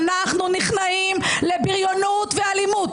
אנחנו נכנעים לבריונות ואלימות.